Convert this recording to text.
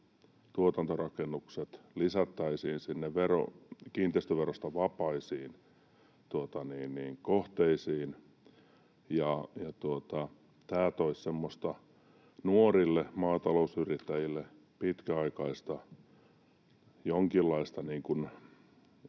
tuotantorakennukset lisättäisiin sinne kiinteistöverosta vapaisiin kohteisiin. Uskoisin, että tämä toisi nuorille maatalousyrittäjille semmoista jonkinlaista